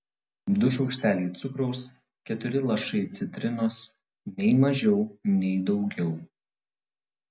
du šaukšteliai cukraus keturi lašai citrinos nei mažiau nei daugiau